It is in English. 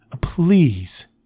please